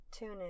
TuneIn